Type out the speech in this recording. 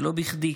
ולא בכדי.